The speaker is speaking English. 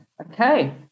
Okay